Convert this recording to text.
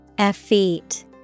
Effete